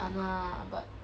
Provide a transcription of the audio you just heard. !hanna! but